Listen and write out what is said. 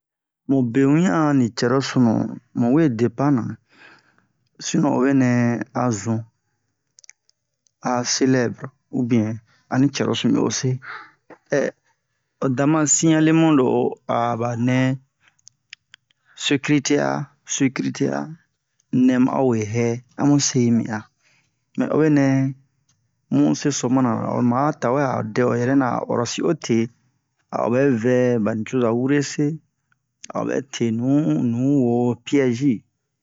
mube wiɲan ani cɛrosunu mu wee depan na sinon obenɛ a zun a a celɛbre ubiyɛn ani cɛrosunu mi ose o dama siɲale mu lo aba nɛ sekirite a sekirite a nɛ ma'o we hɛ a mun se mi a mɛ obe nɛ mu seso mana-ra oma tawɛ a o dɛ o yɛrɛ-na a o ɔrɔsi ote a o ɓɛ vɛ ɓa nucozo wure se a o ɓɛ te nu nuwo piyɛzi